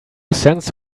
cents